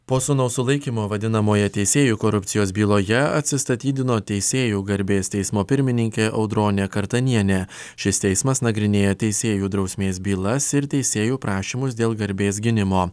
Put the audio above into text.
po sūnaus sulaikymo vadinamojoje teisėjų korupcijos byloje atsistatydino teisėjų garbės teismo pirmininkė audronė kartanienė šis teismas nagrinėja teisėjų drausmės bylas ir teisėjų prašymus dėl garbės gynimo